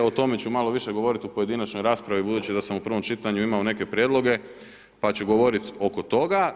O tome ću malo više govoriti u pojedinačnoj raspravi budući da sam u prvom čitanju imao neke prijedloge, pa ću govoriti oko toga.